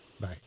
Bye